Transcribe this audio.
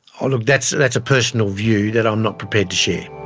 ah look, that's that's a personal view that i'm not prepared to share.